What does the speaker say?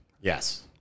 Yes